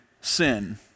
sin